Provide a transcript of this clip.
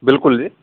ਬਿਲਕੁਲ ਜੀ